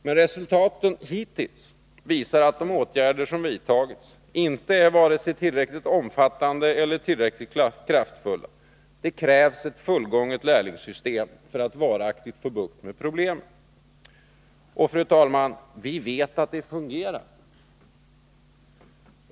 Men resultaten hittills visar att de åtgärder som vidtagits inte är vare sig tillräckligt omfattande eller tillräckligt kraftfulla. Det krävs ett fullgånget lärlingssystem för att vi varaktigt skall få bukt med problemen. Och, fru talman, vi vet att det fungerar.